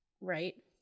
right